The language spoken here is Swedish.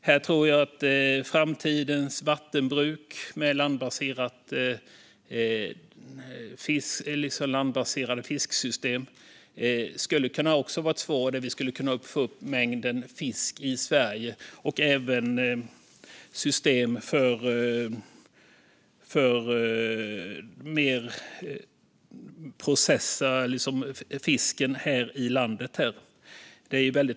Jag tror att framtidens vattenbruk med landbaserade fisksystem också skulle kunna vara ett svar och innebära att man får upp mängden fisk i Sverige. Det handlar även om system för att processa fisken här i landet.